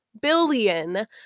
billion